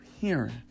hearing